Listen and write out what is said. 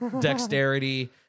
dexterity